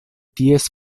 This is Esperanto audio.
ties